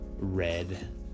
Red